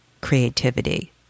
Creativity